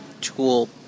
tool